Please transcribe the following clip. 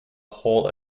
whole